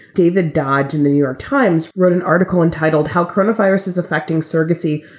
david dodge in new york times wrote an article entitled how coronaviruses affecting surrogacy,